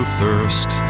thirst